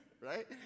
Right